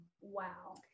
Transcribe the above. wow